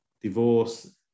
Divorce